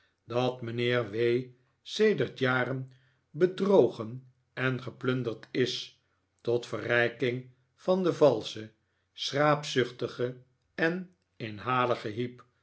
dat mijnheer w sedert jaren bedrogen en geplunderd is tot verrijking van den valschen schraapzuchtigen en inhaligen heep